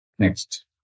Next